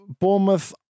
Bournemouth